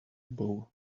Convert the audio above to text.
bow